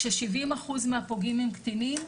כש- 70% מהפוגעים הם קטינים,